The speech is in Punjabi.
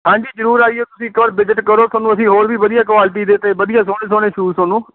ਹਾਂਜੀ ਜ਼ਰੂਰ ਆ ਜਾਇਓ ਤੁਸੀਂ ਇੱਕ ਵਾਰ ਵਿਜਿਟ ਕਰੋ ਤੁਹਾਨੂੰ ਅਸੀਂ ਹੋਰ ਵੀ ਵਧੀਆ ਕੁਆਲਿਟੀ ਦੇ ਅਤੇ ਵਧੀਆ ਸੋਹਣੇ ਸੋਹਣੇ ਸ਼ੂਜ਼ ਤੁਹਾਨੂੰ